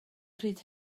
pryd